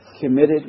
committed